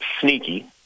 sneaky